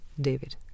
David